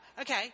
okay